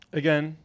again